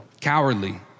cowardly